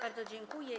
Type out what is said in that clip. Bardzo dziękuję.